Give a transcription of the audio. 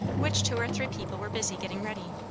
which two or three people were busy getting ready,